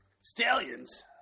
Stallions